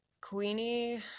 Queenie